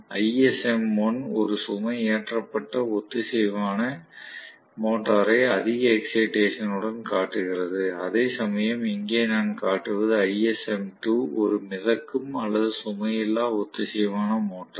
ISM1 ஒரு சுமை ஏற்றப்பட்ட ஒத்திசைவான மோட்டாரை அதிக எக்ஸைடேசன் உடன் காட்டுகிறது அதேசமயம் இங்கே நான் காட்டுவது ISM2 ஒரு மிதக்கும் அல்லது சுமையில்லா ஒத்திசைவான மோட்டார்